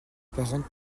apparente